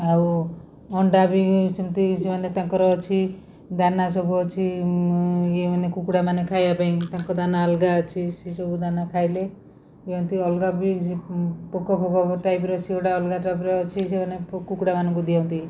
ଆଉ ଅଣ୍ଡା ବି ସେମିତି ସେମାନେ ତାଙ୍କର ଅଛି ଦାନା ସବୁ ଅଛି ଇଏ ମାନେ କୁକୁଡ଼ା ମାନେ ଖାଇବା ପାଇଁ ତାଙ୍କ ଦାନା ଅଲଗା ଅଛି ସେ ସବୁ ଦାନା ଖାଇଲେ କୁହନ୍ତି ଅଲଗା ବି ପୋକ ଫୋକ ଟାଇପ୍ର ସେ ଗୋଟେ ଅଲଗା ଟାଇପ୍ର ଅଛି ସେମାନେ କୁକୁଡ଼ା ମାନଙ୍କୁ ଦିଅନ୍ତି